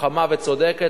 חכמה וצודקת,